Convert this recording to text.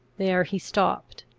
there he stopped.